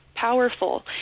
powerful